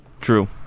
True